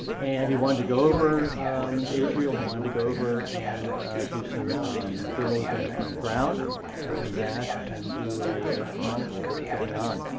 and he wanted to go over to israel. he wanted to go over and do some journalism on the ground and come back and do a chronicle of what was going on